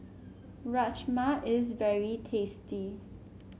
Rajma is very tasty